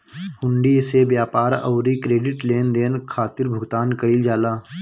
हुंडी से व्यापार अउरी क्रेडिट लेनदेन खातिर भुगतान कईल जाला